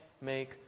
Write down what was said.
make